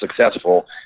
successful